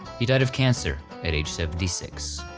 he died of cancer at age seventy six.